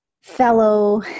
fellow